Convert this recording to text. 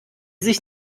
sich